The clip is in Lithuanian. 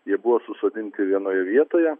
jie buvo susodinti vienoje vietoje